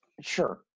Sure